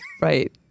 Right